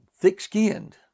thick-skinned